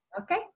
Okay